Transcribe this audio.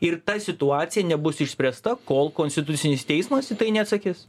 ir ta situacija nebus išspręsta kol konstitucinis teismas į tai neatsakys